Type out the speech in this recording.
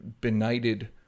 benighted